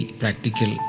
practical